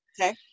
Okay